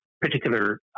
particular